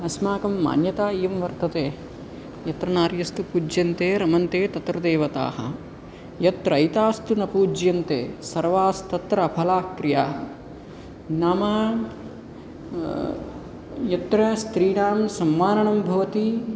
अस्माकं मान्यता इयं वर्तते यत्र नार्यस्तु पूज्यन्ते रमन्ते तत्र देवताः यत्रैतास्तु न पूज्यन्ते सर्वास्तत्र अफलाः क्रियाः नाम यत्र स्त्रीणां सम्माननं भवति